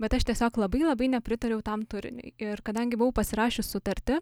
bet aš tiesiog labai labai nepritariau tam turiniui ir kadangi buvau pasirašius sutartį